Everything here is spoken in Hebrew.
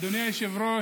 אדוני היושב-ראש,